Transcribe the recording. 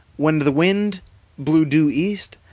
when the wind blew due east,